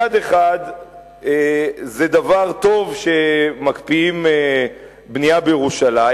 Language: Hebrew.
מצד אחד זה דבר טוב שמקפיאים בנייה בירושלים,